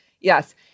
Yes